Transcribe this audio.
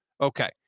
Okay